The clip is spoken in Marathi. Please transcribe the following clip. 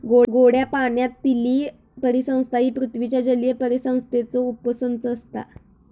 गोड्या पाण्यातीली परिसंस्था ही पृथ्वीच्या जलीय परिसंस्थेचो उपसंच असता